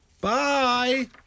Bye